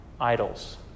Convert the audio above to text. idols